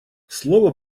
слово